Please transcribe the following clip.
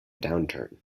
downturn